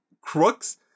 crooks